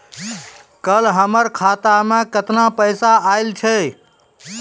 कल हमर खाता मैं केतना पैसा आइल छै?